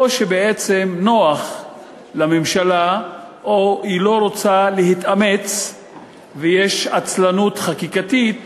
או שבעצם נוח לממשלה או שהיא לא רוצה להתאמץ ויש עצלנות חקיקתית